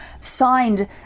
signed